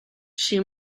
she